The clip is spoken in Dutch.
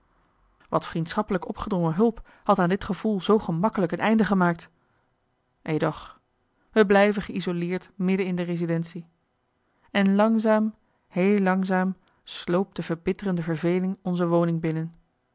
wat vriendschappelijk opgedrongen hulp had aan dit gevoel zoo gemakkelijk een einde gemaakt edoch wij bleven geïsoleerd midden in de residentie en langzaam heel langzaam sloop de verbitterende verveling onze woning binnen